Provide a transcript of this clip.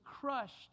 crushed